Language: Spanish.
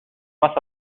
más